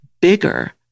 bigger